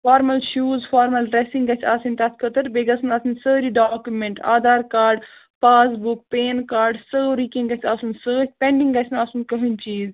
formal shoes formal dressing گژھہِ آسٕنۍ تَتھ خٲطرٕ بیٚیہِ گژھَن آسٕنۍ سٲری document Aadhaar card passbook pan card سورٕے کیٚنٛہہ گژھہِ آسُن سۭتۍ پیٚنڈنٛگ گژھہِ نہٕ آسُن کٕہٲنۍ چیٖز